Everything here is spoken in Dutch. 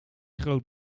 groot